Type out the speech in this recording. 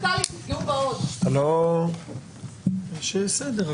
יש סדר.